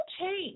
change